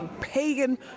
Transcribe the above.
pagan